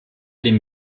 dem